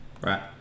Right